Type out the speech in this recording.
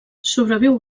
sobreviu